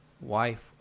wife